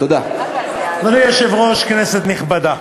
אדוני היושב-ראש, כנסת נכבדה,